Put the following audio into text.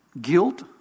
guilt